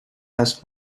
has